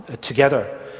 together